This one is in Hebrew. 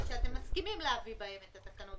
ושאתם מסכימים להביא בהם את התקנות.